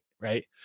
Right